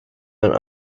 and